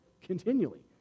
continually